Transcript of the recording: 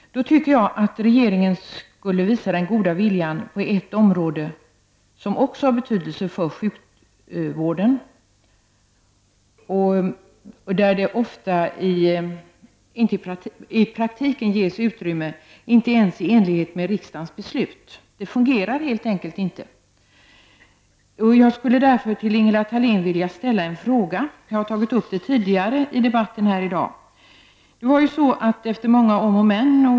Jag tycker att regeringen då skall visa den goda viljan på ett område som också har betydelse för sjukvården och där det ofta i praktiken inte ges utrymme ens i enlighet med riksdagens beslut. Det fungerar helt enkelt inte. Jag skulle därför vilja ställa en fråga till Ingela Thalén. Jag har tagit upp den i debatten tidigare i dag.